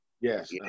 Yes